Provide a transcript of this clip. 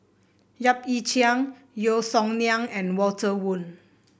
Yap Ee Chian Yeo Song Nian and Walter Woon